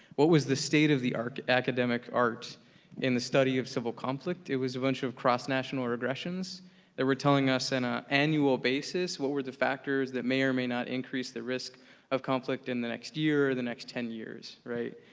what was the state of the academic art in the study of civil conflict? it was a bunch of cross-national regressions that were telling us in a annual basis what were the factors that may or may not increase the risk of conflict in the next year or the next ten years, right?